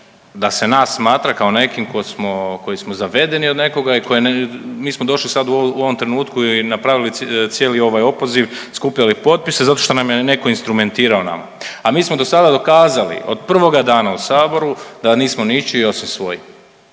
da se nas smatra kao nekim ko smo koji smo zavedeni od nekoga i koji mi došli sad u ovom trenutku i napravili cijeli ovaj opoziv, skupljali potpise zato što nam neko instrumentirao nama. A mi smo dosada dokazali od prvoga dana u saboru da nismo ničiji osim svoji.